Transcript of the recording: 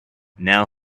now